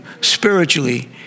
spiritually